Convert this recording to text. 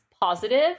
positive